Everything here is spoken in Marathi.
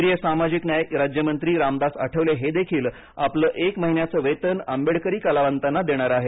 केंद्रीय सामाजिक न्याय राज्यमंत्री रामदास आठवले हे देखील आपलं एक महिन्याचं वेतन आंबेडकरी कलावंतांना देणार आहेत